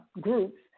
groups